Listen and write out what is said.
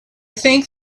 think